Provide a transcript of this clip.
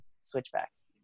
switchbacks